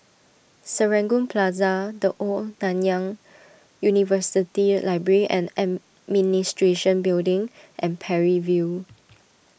Serangoon Plaza the Old Nanyang University Library and Administration Building and Parry View